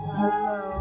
hello